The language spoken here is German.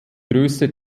größe